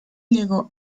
llegó